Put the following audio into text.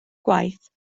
gwaith